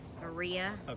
Maria